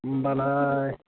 होनबालाय